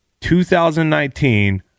2019